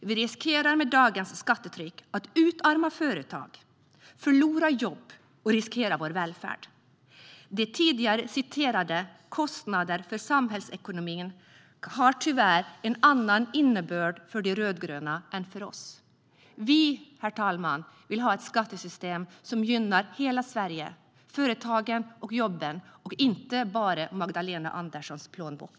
Vi riskerar med dagens skattetryck att utarma företag, förlora jobb och riskera vår välfärd. De tidigare citerade kostnaderna för samhällsekonomin har tyvärr en annan innebörd för de rödgröna än för oss. Vi, herr talman, vill ha ett skattesystem som gynnar hela Sverige, företagen och jobben och inte bara Magdalena Anderssons plånbok.